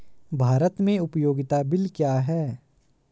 भारत में उपयोगिता बिल क्या हैं?